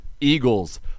Eagles